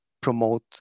promote